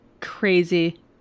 crazy